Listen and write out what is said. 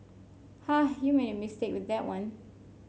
ha you made a mistake with that one